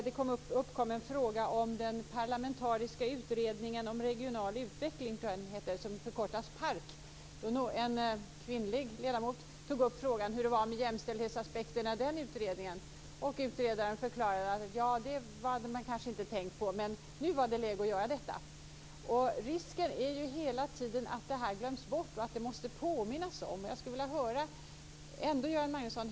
Då kom frågan upp om den parlamentariska utredningen om regional utveckling, PARK. En kvinnlig ledamot tog upp jämställdhetsaspekterna. Utredaren förklarade att man kanske inte hade tänkt på dem men att det nu var läge att göra det. Risken finns hela tiden att dessa aspekter glöms bort och att vi måste påminna om dem.